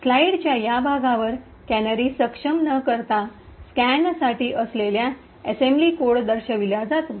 स्लाइडच्या या भागावर कॅनरी सक्षम न करता स्कॅनसाठी असलेला असेंब्ली कोड दर्शविला जातो